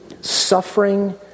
suffering